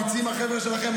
אמיצים החבר'ה שלכם,